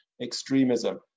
extremism